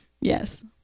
Yes